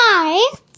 Hi